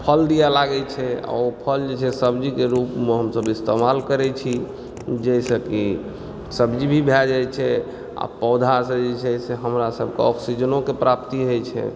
फल दिअ लागै छै आ ओ फल जे छै सब्जी के रूप मे हमसब इस्तेमाल करै छी जाहि सऽ कि सब्जी भी भए जाइ छै आ पौधा से जे छै से हमरा सब के ऑक्सीजनो के प्राप्ति होइ छै